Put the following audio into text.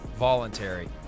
voluntary